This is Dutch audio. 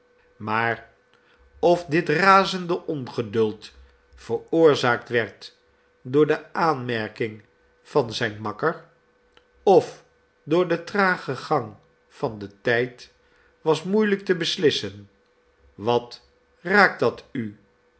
maar of dit razende ongeduld veroorzaakt werd door de aanmerking van zijn makker of door den tragen gang van den tijd was moeielijk te beslissen wat raakt datu ik